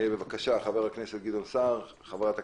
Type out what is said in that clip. לפני כן